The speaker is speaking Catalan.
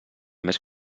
més